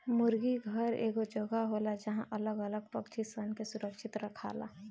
मुर्गी घर एगो जगह होला जहां अलग अलग पक्षी सन के सुरक्षित रखाला